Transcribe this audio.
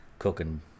cooking